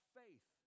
faith